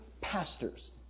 pastors